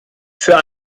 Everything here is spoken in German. für